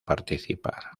participar